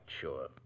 sure